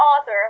author